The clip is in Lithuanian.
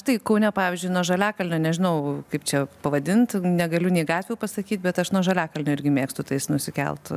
tai kaune pavyzdžiui nuo žaliakalnio nežinau kaip čia pavadint negaliu nei gatvių pasakyt bet aš nuo žaliakalnio irgi mėgstu tais nusikelt